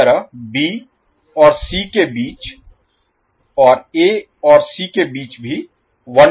इसी तरह बी और सी के बीच और ए और सी के बीच भी 120 डिग्री होगा